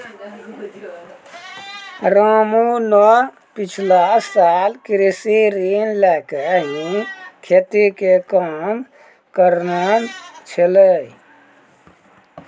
रामू न पिछला साल कृषि ऋण लैकॅ ही खेती के काम करनॅ छेलै